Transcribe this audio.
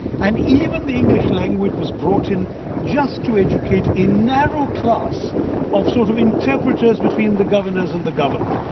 and even the english language was brought in just to educate a narrow class of sort of interpreters between the governors and the governed.